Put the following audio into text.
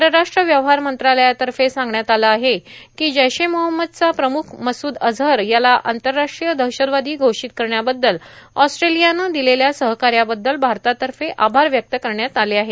परराष्ट्र व्यवहार मंत्रालयातर्फे सांगण्यात आलं आहे की जैश ए मोहम्मदचा प्रमुख मसूद अजहर याला आंतरराष्ट्रीय दहशतवादी घोषित करण्याबद्दल ऑस्ट्रेलियानं दिलेल्या सहकार्याबद्दल भारतातर्फे आभार व्यक्त करण्यात आले आहे